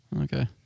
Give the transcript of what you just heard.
okay